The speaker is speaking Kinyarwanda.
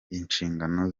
inshingano